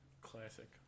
classic